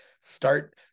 start